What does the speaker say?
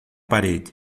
parede